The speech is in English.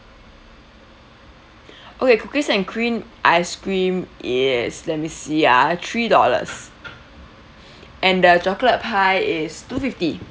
okay cookies and cream ice cream is let me see ah three dollars and the chocolate pie is two fifty